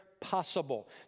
possible